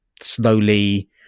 slowly